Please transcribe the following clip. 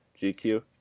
GQ